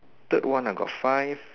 third one I got five